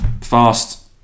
fast